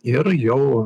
ir jau